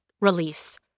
release